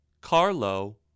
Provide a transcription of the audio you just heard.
Carlo